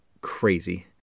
crazy